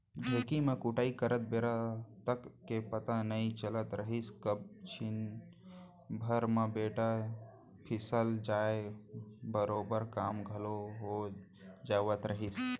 ढेंकी म कुटई करत बेरा तक के पता नइ चलत रहिस कब छिन भर म बेटा खिसल जाय बरोबर काम घलौ हो जावत रहिस